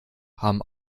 haben